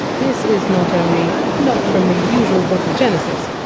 this is not only not from the usual book of genesis,